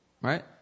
Right